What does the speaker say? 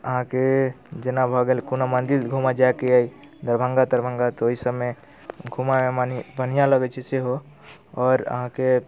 अहाँके जेना भऽ गेल कोनो मन्दिर घुमऽ जाइके अइ दरभंगा तरभंगा तऽ ओइ सभमे घुमऽमे माने बढ़िआँ लगै छै सेहो आओर अहाँके